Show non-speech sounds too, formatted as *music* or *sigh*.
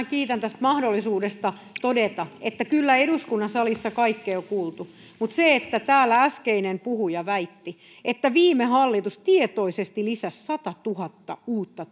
*unintelligible* kiitän tästä mahdollisuudesta todeta että kyllä eduskunnan salissa kaikkea on kuultu mutta se että täällä äskeinen puhuja väitti että viime hallitus tietoisesti lisäsi satatuhatta uutta *unintelligible*